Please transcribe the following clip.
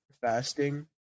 fasting